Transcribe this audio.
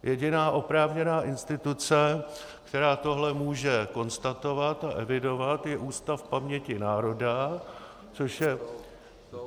Jediná oprávněná instituce, která tohle může konstatovat a evidovat, je Ústav paměti národa, což je...